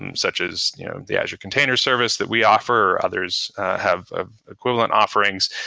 um such as the azure container service that we offer, or others have ah equivalent offerings,